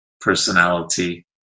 personality